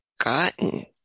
gotten